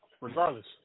regardless